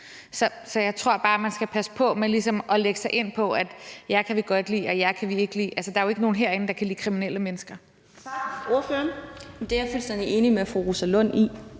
Så jeg tror bare, man skal passe på med ligesom at lægge sig fast på, at jer kan vi godt lide, og at jer kan vi ikke lide. Altså, der er jo ikke nogen herinde, der kan lide kriminelle mennesker.